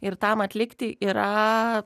ir tam atlikti yra